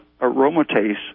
aromatase